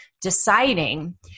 deciding